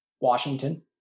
Washington